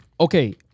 Okay